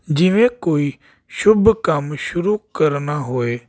ਜਿਵੇਂ ਕੋਈ ਸ਼ੁਭ ਕੰਮ ਸ਼ੁਰੂ ਕਰਨਾ ਹੋਵੇ